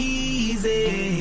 easy